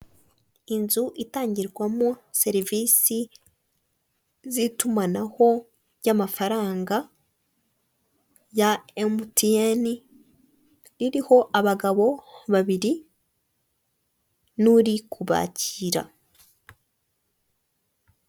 Inzu itangirwamo serivisi z'itumanaho ry'amafaranga ya Emutiyeni iriho abagabo babiri n'uri kubakira.